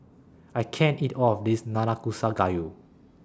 I can't eat All of This Nanakusa Gayu